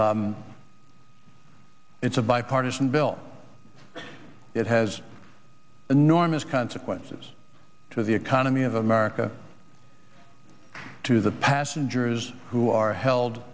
and it's a bipartisan bill it has enormous consequences to the economy of america to the passengers who are held